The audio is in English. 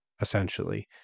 essentially